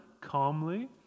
calmly